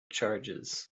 charges